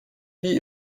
wie